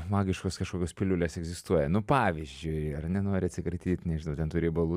magiškos kažkokios piliulės egzistuoja nu pavyzdžiui ar ne nori atsikratyt nežinau ten tų riebalų